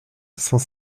cent